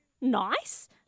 nice